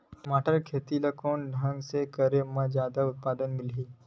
टमाटर के खेती ला कोन ढंग से करे म जादा उत्पादन मिलही?